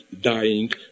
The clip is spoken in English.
dying